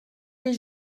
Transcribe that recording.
des